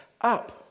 up